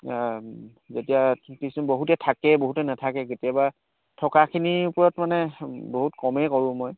যেতিয়া কিছু বহুতে থাকে বহুতে নাথাকে কেতিয়াবা থকাখিনিৰ ওপৰত মানে বহুত কমেই কৰোঁ মই